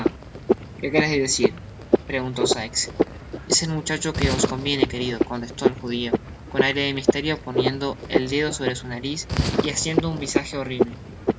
qué quereis decir preguntó sikes es el muchacho que os conviene querido contestó el ju dio con aire de misterio poniendo el dedo sobre su nariz y haciendo un visage horrible